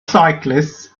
cyclists